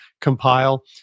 compile